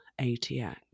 ATX